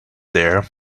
there